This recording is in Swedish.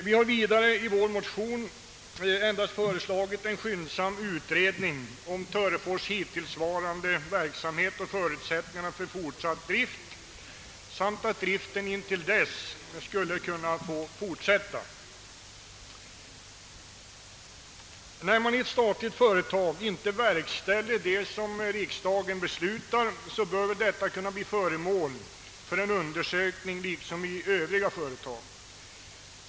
Vi har i vår motion föreslagit en skyndsam utredning om Törefors AB:s hittillsvarande verksamhet och förutsättningarna för fortsatt drift samt att driften i avvaktan på en sådan undersökning skulle fortsätta. När man i ett statligt företag inte verkställer riksdagens beslut bör det kunna bli föremål för undersökning liksom fallet är i andra företag.